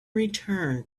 return